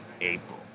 April